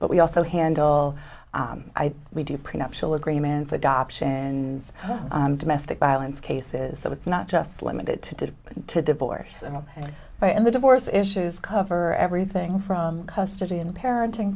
but we also handle we do prenuptial agreements adoption in domestic violence cases so it's not just limited to just to divorce and i and the divorce issues cover everything from custody and parenting